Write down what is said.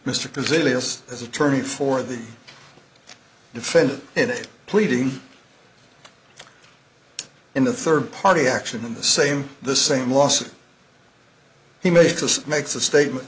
this as attorney for the defendant and pleading in a third party action in the same the same lawsuit he makes us makes a statement